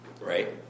Right